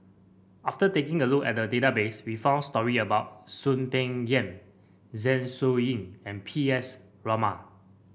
after taking a look at the database we found story about Soon Peng Yam Zeng Shouyin and P S Raman